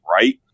right